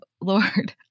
Lord